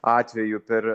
atvejų per